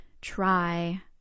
try